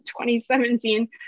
2017